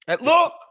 Look